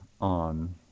on